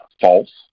false